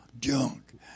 junk